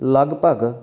ਲਗਭਗ